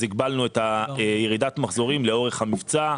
אז הגבלנו את ירידת המחזורים לאורך המבצע,